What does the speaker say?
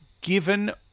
given